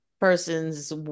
person's